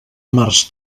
març